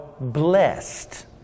blessed